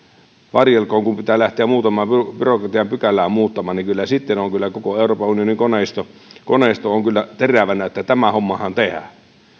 varjelkoon kun pitää lähteä muutamaa byrokratian pykälää muuttamaan kyllä sitten on koko euroopan unionin koneisto koneisto terävänä että tämähän homma tehdään